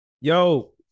Yo